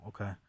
Okay